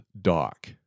doc